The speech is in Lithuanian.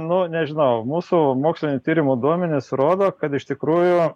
nu nežinau mūsų mokslinių tyrimų duomenys rodo kad iš tikrųjų